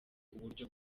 uburyo